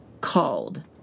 called